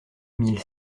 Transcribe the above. mille